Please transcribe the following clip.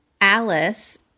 Alice